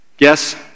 Yes